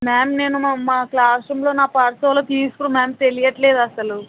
ma'am నేను మా మా క్లాస్ రూమ్లో నా పర్స్ ఎవరో తీసుకుర్రు మ్యామ్ తెలియట్లేదు అసలు